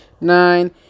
nine